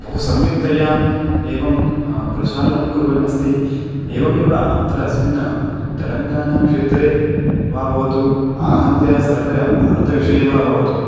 बहु सम्यक्तया एवं प्रशासनं कुर्वन्नस्ति एवमेव अत्र अस्मिन् तेलङ्गानाक्षेत्रे वा भवतु आहत्य सर्वे भारतविषये वा भवतु